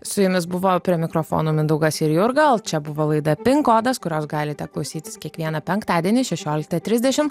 su jumis buvo prie mikrofono mindaugas ir jo gal čia buvo laida pink kodas kurios galite klausytis kiekvieną penktadienį šešioliktą trisdešimt